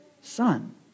son